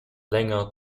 länger